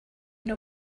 know